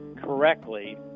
correctly